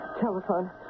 telephone